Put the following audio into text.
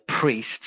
priests